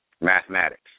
mathematics